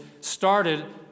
started